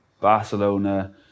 Barcelona